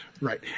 Right